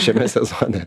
šiame sezone